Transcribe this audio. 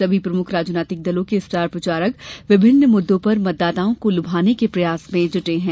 सभी प्रमुख राजनैतिक दलों के स्टार प्रचारक विभिन्न मुद्दों पर मतदाताओं को लुभाने के प्रयास में जुटे है